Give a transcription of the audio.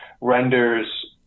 renders